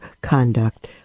conduct